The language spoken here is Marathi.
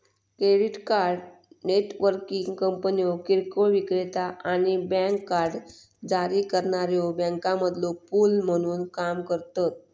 क्रेडिट कार्ड नेटवर्किंग कंपन्यो किरकोळ विक्रेता आणि बँक कार्ड जारी करणाऱ्यो बँकांमधलो पूल म्हणून काम करतत